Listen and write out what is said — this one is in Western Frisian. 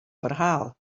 ferhaal